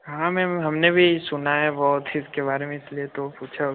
हाँ मैम हमने भी सुना है बहुत इसके बारे में इसलिए तो पूछा